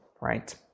right